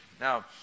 now